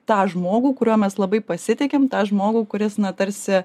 tą žmogų kuriuo mes labai pasitikim tą žmogų kuris na tarsi